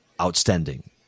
outstanding